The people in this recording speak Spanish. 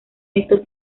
esto